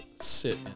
sit